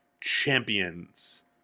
Champions